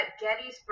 Gettysburg